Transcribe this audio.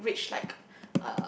till we reached like